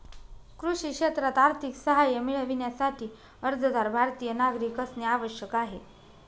कृषी क्षेत्रात आर्थिक सहाय्य मिळविण्यासाठी, अर्जदार भारतीय नागरिक असणे आवश्यक आहे